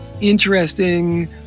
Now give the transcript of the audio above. interesting